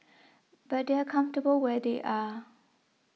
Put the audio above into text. but they are comfortable where they are